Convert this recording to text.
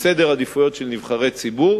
בסדר העדיפויות של נבחרי ציבור,